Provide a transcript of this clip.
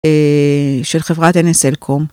של חברת NSLComm.